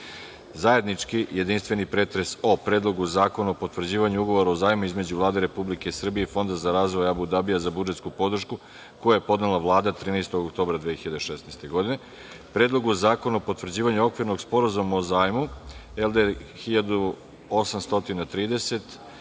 godine. Zajednički, jedinstveni, pretres o Predlogu zakona o potvrđivanju ugovora o zajmu između Vlade Republike Srbije i Fonda za razvoj Abu Dabija, za budžetsku podršku, koji je podnela Vlada 13. oktobra 2016, godine; Predlogu zakona o potvrđivanju okvirnog sporazuma o zajmu LD 1830